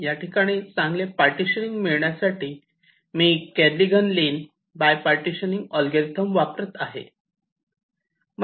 या ठिकाणी चांगले पर्टिशनिंग मिळण्यासाठी मी Kernighan Lin by partitioning algorithm वापरत आहे